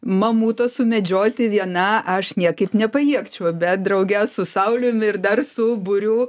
mamuto sumedžioti viena aš niekaip nepajėgčiau bet drauge su sauliumi ir dar su būriu